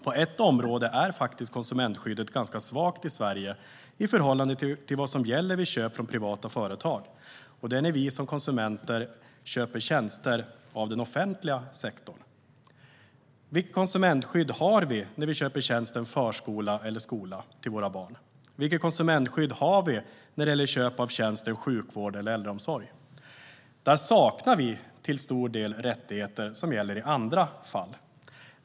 På ett område är konsumentskyddet i Sverige faktiskt ganska svagt i förhållande till vad som gäller vid köp från privata företag. Det är när vi som konsumenter köper tjänster av den offentliga sektorn. Vilket konsumentskydd har vi när vi köper tjänsten förskola eller skola till våra barn? Vilket konsumentskydd har vi när det gäller köp av tjänsten sjukvård eller äldreomsorg? Där saknar vi till stor del rättigheter som gäller i andra fall.